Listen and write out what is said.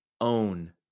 own